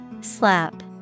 Slap